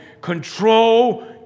Control